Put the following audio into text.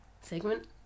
Segment